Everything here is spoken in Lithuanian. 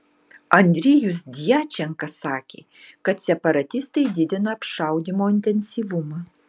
andrijus djačenka sakė kad separatistai didina apšaudymo intensyvumą